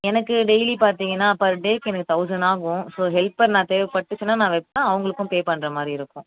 எனக்கு டெய்லி பார்த்திங்கனா பெர் டேக்கு எனக்கு தௌசண்ட் ஆகும் ஸோ ஹெல்பர் நான் தேவைப்படுச்சுனா நான் வைப்பேன் அவங்களுக்கும் பே பண்ணுற மாதிரி இருக்கும்